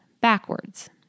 backwards